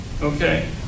Okay